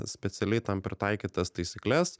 specialiai tam pritaikytas taisykles